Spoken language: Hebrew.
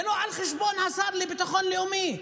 זה לא על חשבון השר לביטחון לאומי.